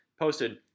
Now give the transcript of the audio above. Posted